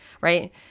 right